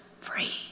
free